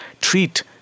treat